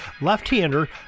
left-hander